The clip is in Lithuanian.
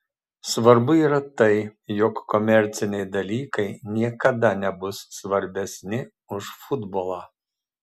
svarbu yra tai jog komerciniai dalykai niekada nebus svarbesni už futbolą